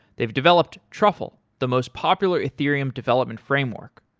they've developed truffle, the most popular ethereum development framework.